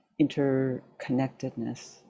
interconnectedness